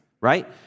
right